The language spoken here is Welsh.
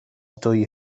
dwy